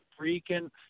freaking